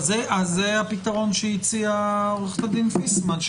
אז זה הפתרון שהציעה עורכת הדין פיסמן.